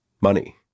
Money